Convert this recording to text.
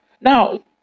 Now